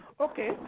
okay